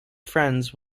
friends